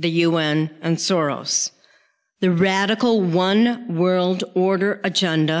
the u n and soros the radical one world order agenda